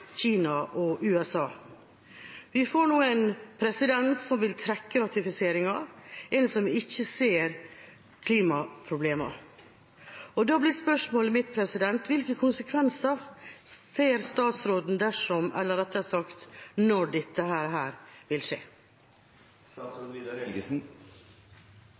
Kina og USA. Vi får nå en president som vil trekke ratifiseringen, en som ikke ser klimaproblemene. Da blir spørsmålet mitt: Hvilke konsekvenser ser statsråden dersom, eller rettere sagt når dette vil skje? Først er det viktig å si at det er